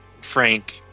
Frank